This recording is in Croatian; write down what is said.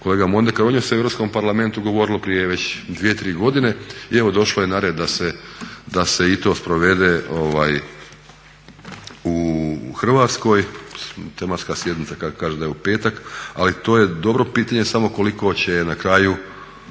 kolega Mondekar, u njoj se u Europskom parlamentu govorilo prije već 2-3 godine i evo došlo je na red da se i to sprovede u Hrvatskoj. Tematska sjednica kako kažu da je u petak, ali to je dobro pitanje samo koliko će na kraju,